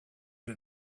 you